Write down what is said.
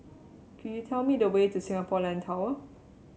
could you tell me the way to Singapore Land Tower